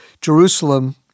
Jerusalem